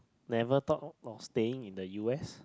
never thought of staying in the u_s